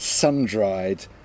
sun-dried